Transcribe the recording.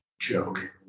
joke